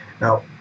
Now